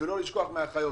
ולא לשכוח את האחיות